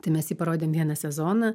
tai mes jį parodėm vieną sezoną